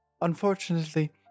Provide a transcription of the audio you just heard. Unfortunately